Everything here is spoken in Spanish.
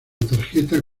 tarjeta